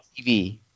TV